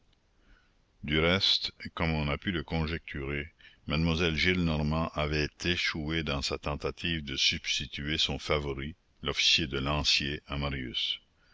du reste comme on a pu le conjecturer mademoiselle gillenormand avait échoué dans sa tentative de substituer son favori l'officier de lanciers à marius